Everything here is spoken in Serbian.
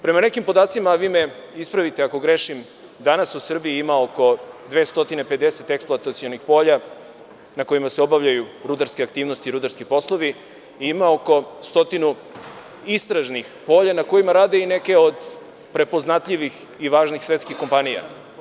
Prema nekim podacima, a vi me ispravite ako grešim, danas u Srbiji ima oko 250 eksploatacionih polja, na kojima se obavljaju rudarske aktivnosti i rudarski poslovi, i ima oko stotinu istražnih polja na kojima rade i neke od prepoznatljivih i važnih svetskih kompanija.